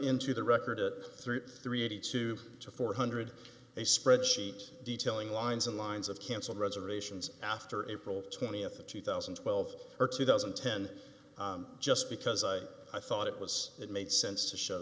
into the record it three three eighty two to four hundred a spreadsheet detailing lines and lines of canceled reservations after april twentieth of two thousand and twelve or two thousand and ten just because i thought it was it made sense to show